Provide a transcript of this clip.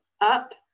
up